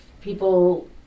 people